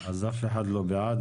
אף אחד לא בעד.